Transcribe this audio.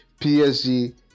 PSG